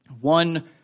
one